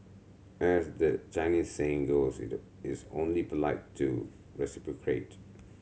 as the Chinese saying goes it is only polite to reciprocate